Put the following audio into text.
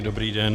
Dobrý den.